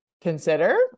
consider